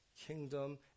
kingdom